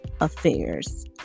affairs